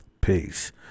Peace